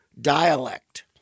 dialect